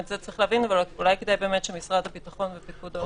אולי כדאי שנשמע את משרד הביטחון ופיקוד העורף.